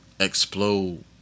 Explode